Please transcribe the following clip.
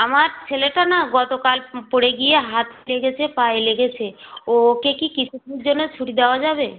আমার ছেলেটা না গতকাল পড়ে গিয়ে হাত লেগেছে পায়ে লেগেছে ওকে কি কিছু দিনের জন্য ছুটি দেওয়া যাবে